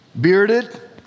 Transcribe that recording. bearded